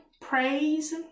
praise